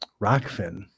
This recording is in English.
Rockfin